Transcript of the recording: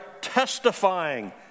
testifying